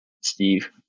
Steve